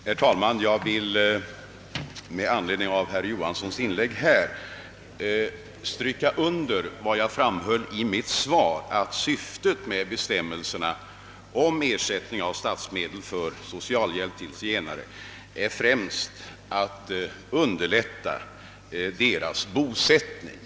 Herr talman! Jag vill med anledning av herr Johanssons inlägg stryka under vad jag framhöll i mitt svar, nämligen att syftet med bestämmelserna om ersättning av statsmedel för socialhjälp till zigenare främst är att underlätta deras anpassning.